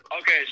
okay